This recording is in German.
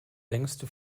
längste